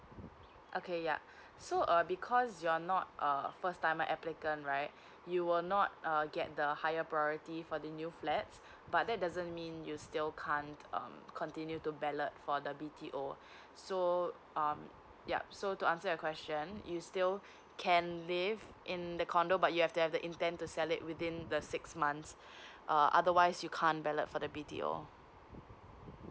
okay yeah so uh because you're not a first timer applicant right you will not err get the higher priority for the new flat but that doesn't mean you still can't um continue to ballot for the B T O so um yup so to answer your question you still can live in a condo but you have the intent to sell it within the six months uh otherwise you can't ballot for the B T O